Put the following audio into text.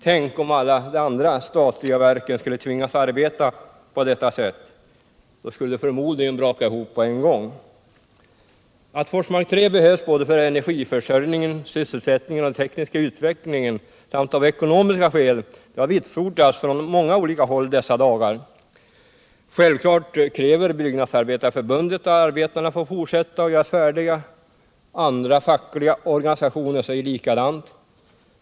Tänk om alla de andra statliga verken skulle tvingas arbeta på det sättet! Då skulle de förmodligen braka ihop på en gång. Att Forsmark 3 behövs för energiförsörjningen, sysselsättningen och den tekniska utvecklingen samt av ekonomiska skäl har vitsordats från många olika håll i dessa dagar. Självklart kräver Byggnadsarbetareförbundet och arbetarna att få fortsätta att göra byggnationerna färdiga. Andra fackliga organisationer säger detsamma.